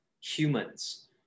humans